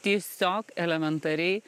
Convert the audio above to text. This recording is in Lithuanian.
tiesiog elementariai